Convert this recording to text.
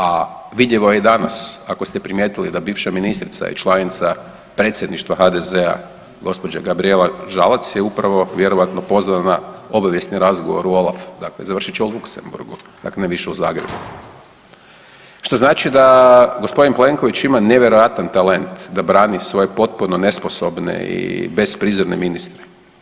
A vidljivo je i danas ako ste primijetili da bivša ministrica i članica predsjedništva HDZ-a gospođa Gabrijela Žalac je upravo vjerojatno pozvana na obavijesni razgovor u OLAF, dakle završit će u Luksemburgu, dakle ne više u Zagrebu što znači da gospodin Plenković ima nevjerojatan talent da brani svoje potpuno nesposobne i bezprizorne ministre.